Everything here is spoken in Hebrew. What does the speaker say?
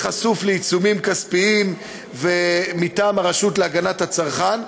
חשוף לעיצומים כספיים מטעם הרשות להגנת הצרכן.